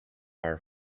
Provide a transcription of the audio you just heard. are